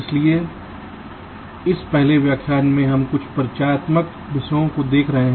इसलिए इस पहले व्याख्यान में हम कुछ परिचयात्मक विषयों को देख रहे हैं